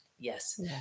Yes